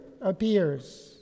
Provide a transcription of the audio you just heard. appears